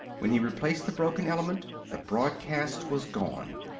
when he replaced the broken element, the broadcast was gone.